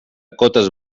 cotes